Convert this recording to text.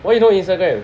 why you no Instagram